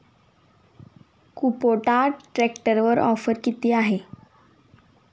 Kubota ट्रॅक्टरवर offer किती आहे?